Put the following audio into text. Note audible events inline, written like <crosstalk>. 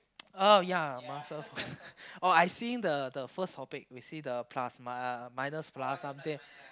oh ya muscle <laughs> oh I seen the the first topic we see the plus mi~ uh minus plus something